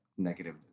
negative